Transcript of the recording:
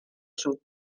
sud